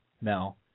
Mel